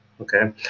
Okay